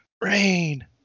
rain